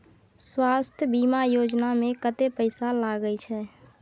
स्वास्थ बीमा योजना में कत्ते पैसा लगय छै?